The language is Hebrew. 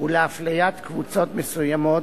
ולאפליית קבוצות מסוימות,